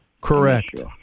Correct